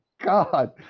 God